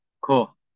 cool